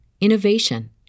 innovation